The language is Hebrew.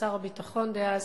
שר הביטחון דאז,